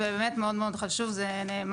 זה באמת מאוד מאוד חשוב זה נאמר.